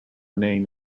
name